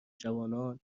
جوانان